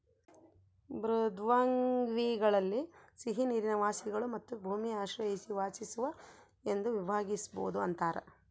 ಮೃದ್ವಂಗ್ವಿಗಳಲ್ಲಿ ಸಿಹಿನೀರಿನ ವಾಸಿಗಳು ಮತ್ತು ಭೂಮಿ ಆಶ್ರಯಿಸಿ ವಾಸಿಸುವ ಎಂದು ವಿಭಾಗಿಸ್ಬೋದು ಅಂತಾರ